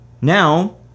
Now